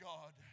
God